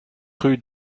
rue